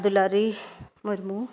Dulari Murmu